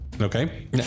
Okay